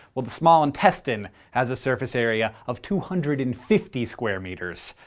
well the small intestine has a surface area of two hundred and fifty square meters!